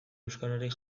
euskararik